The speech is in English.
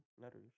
letters